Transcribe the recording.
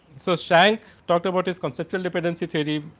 so, shrank talked about is contextual dependency theory.